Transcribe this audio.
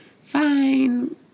fine